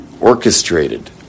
orchestrated